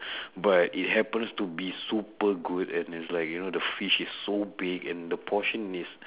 but it happens to be super good and it's like you know the fish is like so big and the portion is